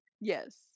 Yes